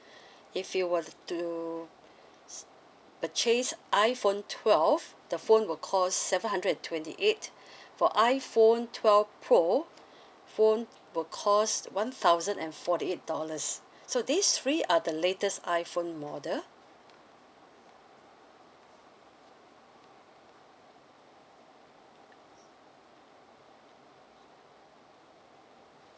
if you were to purchase iPhone twelve the phone will cost seven hundred and twenty eight for iPhone twelve pro phone will cost one thousand and forty eight dollars so this three are the latest iPhone model